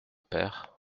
père